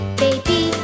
baby